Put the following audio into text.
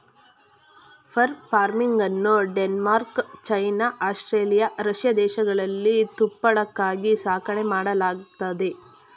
fur ಫಾರ್ಮಿಂಗನ್ನು Denmark, China, Australia, Russia ದೇಶಗಳಲ್ಲಿ ತುಪ್ಪಳಕ್ಕಾಗಿ ಸಾಕಣೆ ಮಾಡಲಾಗತ್ತದೆ